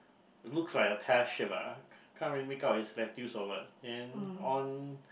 looks like a pear shape ah can't really make up is lettuce or what and on